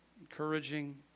encouraging